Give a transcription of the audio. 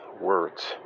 words